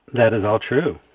that is all true